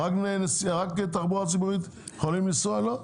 רק תחבורה ציבורית יכולים לנסוע לא.